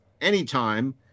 anytime